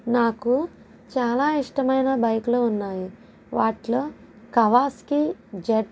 నాకు చాలా ఇష్టమైన బైక్లు ఉన్నాయి వాటిలో కవాస్కి జెడ్